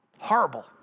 Horrible